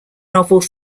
novel